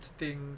staying